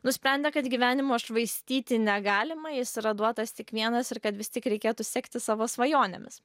nusprendė kad gyvenimo švaistyti negalima jis yra duotas tik vienas ir kad vis tik reikėtų sekti savo svajonėmis